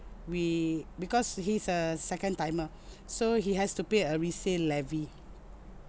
we because he's a second timer so he has to pay a resale levy